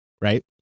right